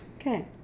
Okay